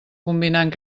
combinant